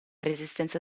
resistenza